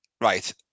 Right